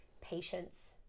patience